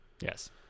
yes